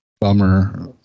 bummer